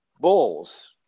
Bulls